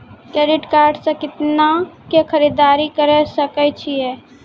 Credit card से कितना के खरीददारी करे सकय छियै?